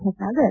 Bhatnagar